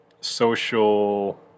social